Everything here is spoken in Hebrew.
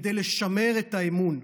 כדי לשמר את האמון,